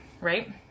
right